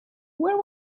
where